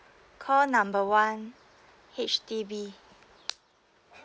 call number one H_D_B